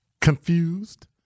confused